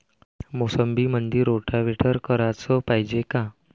मोसंबीमंदी रोटावेटर कराच पायजे का?